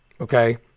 Okay